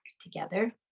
together